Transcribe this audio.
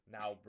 now